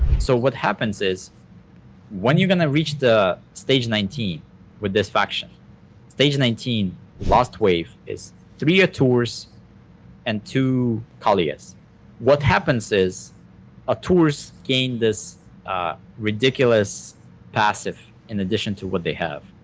so what happens is when you're going to reach stage nineteen with this faction stage nineteen last wave is three aturs and two kalias what happens is aturs gain this ah ridiculous passive in addition to what they have.